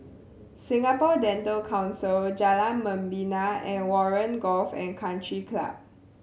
Singapore Dental Council Jalan Membina and Warren Golf and Country Club